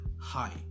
Hi